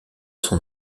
son